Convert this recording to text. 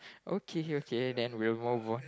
okay okay then we will move over